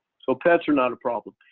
so pets are not a problem.